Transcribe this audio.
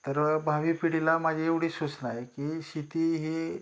तर भावी पिढीला माझी एवढी सूचना आहे की शेती ही